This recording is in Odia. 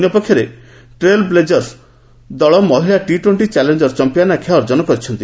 ଅନ୍ୟପକ୍ଷରେ ଟ୍ରେଲବ୍ଲେଜର୍ସ ଦଳ ମହିଳା ଟି ଟ୍ୱେଷ୍ଟି ଚାଲେଞ୍ଜର୍ସ ଚମ୍ପିଆନ ଆଖ୍ୟା ଅର୍ଜନ କରିଛନ୍ତି